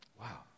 Wow